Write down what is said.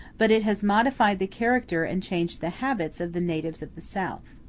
but it has modified the character and changed the habits of the natives of the south.